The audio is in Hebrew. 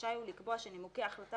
ורשאי הוא לקבוע שנימוקי ההחלטה,